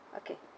okay